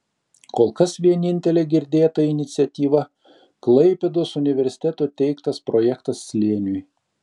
kol kas vienintelė girdėta iniciatyva klaipėdos universiteto teiktas projektas slėniui